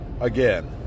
again